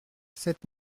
cette